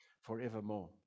forevermore